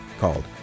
called